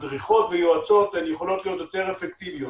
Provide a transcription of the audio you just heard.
שמדריכות ויועצות יכולות להיות יותר אפקטיביות.